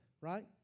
right